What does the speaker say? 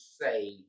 say